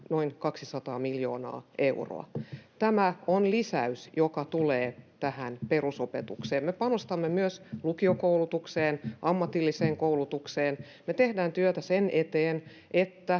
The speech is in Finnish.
noin 200 miljoonalla eurolla. Tämä on lisäys, joka tulee perusopetukseen. Me panostamme myös lukiokoulutukseen, ammatilliseen koulutukseen. Me tehdään työtä sen eteen, että